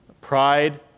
pride